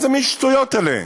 איזה מין שטויות אלה?